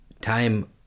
time